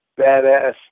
badass